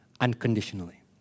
unconditionally